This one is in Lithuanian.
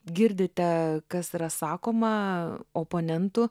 girdite kas yra sakoma oponentų